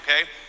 Okay